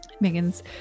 Megan's